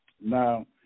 Now